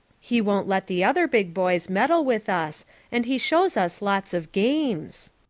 he won't let the other big boys meddle with us and he shows us lots of games.